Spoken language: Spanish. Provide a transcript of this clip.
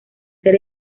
ser